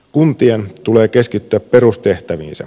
kuntien tulee keskittyä perustehtäviinsä